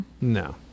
No